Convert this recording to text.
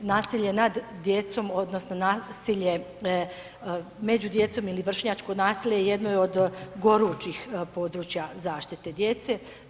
Nasilje nas djecom odnosno nasilje među djecom ili vršnjačko nasilje jedno je gorućih područja zaštite djece.